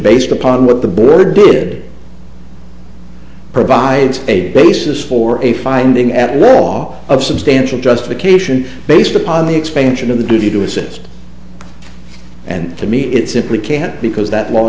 based upon what the board did provides a basis for a finding at law a substantial justification based upon the expansion of the duty to assist and to me it simply can't because that